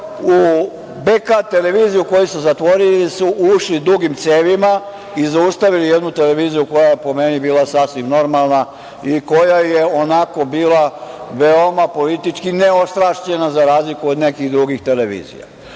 u „BK televiziju“ koju su zatvorili su ušli dugim cevima i zaustavili jednu televiziju koja je, po meni, bila sasvim normalna i koja je, onako, bila veoma politički neostrašćena, za razliku od nekih drugih televizija.